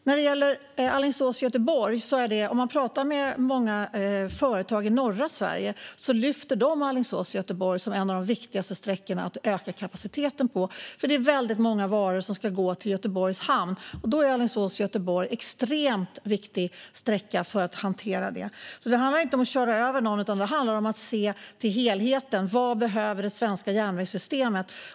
När man pratar med många företag i norra Sverige lyfter de sträckan Alingsås-Göteborg som en av de viktigaste att öka kapaciteten på. Det är nämligen väldigt många varor som ska gå till Göteborgs hamn, och Alingsås-Göteborg är en extremt viktig sträcka för den hanteringen. Det handlar alltså inte om att köra över någon, utan det handlar om att se till helheten: Vad behöver det svenska järnvägssystemet?